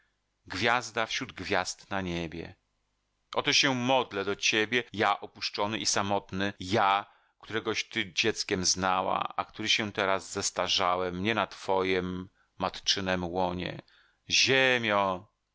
gwiazda wśród gwiazd na niebie oto się modlę do ciebie ja opuszczony i samotny ja któregoś ty dzieckiem znała a który się teraz zestarzałem nie na twojem matczynem łonie ziemio